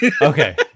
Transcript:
Okay